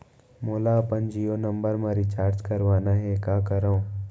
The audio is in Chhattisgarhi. मोला अपन जियो नंबर म रिचार्ज करवाना हे, का करव?